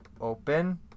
Open